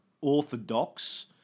Orthodox